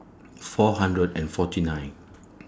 four hundred and forty nine